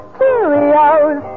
Cheerios